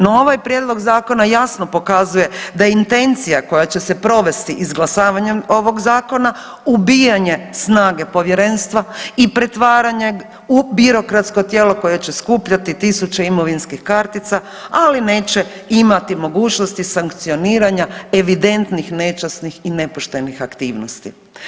No ovaj Prijedlog zakona jasno pokazuje da je intencija koja će se provesti izglasavanjem ovoga Zakona ubijanje snage Povjerenstva i pretvaranje u birokratsko tijelo koje će skupljati tisuće imovinskih kartica, ali neće imati mogućnosti sankcioniranja evidentnih nečasnih i nepoštenih aktivnosti.